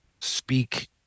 speak